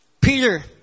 Peter